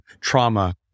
trauma